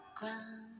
ground